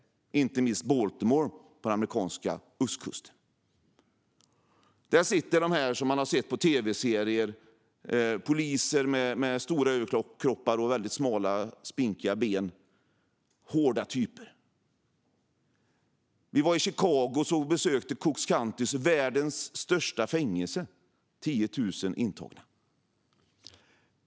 Det gäller inte minst Baltimore på den amerikanska östkusten. Där satt sådana poliser som man har sett i tv-serier: stora överkroppar och väldigt smala, spinkiga ben. Det var hårda typer. Vi var även i Chicago och besökte Cook County Jail, världens största fängelse med 10 000 intagna.